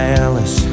Dallas